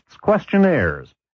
questionnaires